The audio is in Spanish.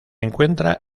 encuentra